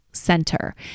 center